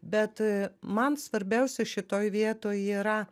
bet man svarbiausia šitoj vietoj yra